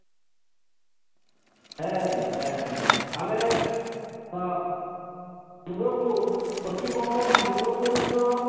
ᱦᱮᱸ ᱦᱮᱸ ᱦᱮᱸ ᱟᱞᱮ ᱫᱚ ᱫᱩᱨᱜᱟᱹᱯᱩᱨ ᱯᱚᱥᱪᱷᱤᱢ ᱵᱚᱨᱫᱷᱚᱢᱟᱱ ᱫᱩᱨᱜᱟᱹᱯᱩᱨ ᱨᱮᱱ ᱫᱚ